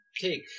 take